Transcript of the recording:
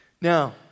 Now